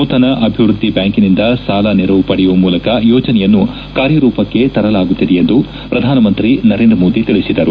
ನೂತನ ಅಭಿವ್ಯದ್ಲಿ ಬ್ಯಾಂಕಿನಿಂದ ಸಾಲ ನೆರವು ಪಡೆಯುವ ಮೂಲಕ ಯೋಜನೆಯನ್ನು ಕಾರ್ಯರೂಪಕ್ಕೆ ತರಲಾಗುತ್ತಿದೆ ಎಂದು ಪ್ರಧಾನಮಂತ್ರಿ ನರೇಂದ್ರ ಮೋದಿ ತಿಳಿಸಿದರು